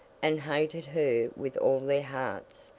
and hating her with all their hearts,